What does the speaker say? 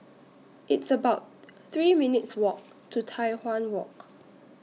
It's about three minutes' Walk to Tai Hwan Walk